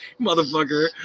motherfucker